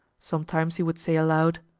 sometimes he would say aloud,